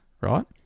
right